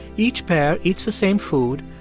each pair eats the same food,